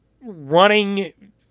running